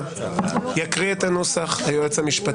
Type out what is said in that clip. יקריא את הנוסח היועץ המשפטי.